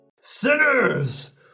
sinners